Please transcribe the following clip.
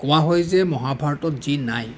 কোৱা হয় যে মহাভাৰতত যি নাই